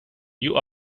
you